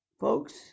Folks